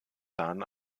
dahin